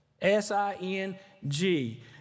S-I-N-G